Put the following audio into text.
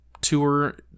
tour